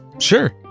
sure